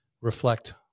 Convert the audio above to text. reflect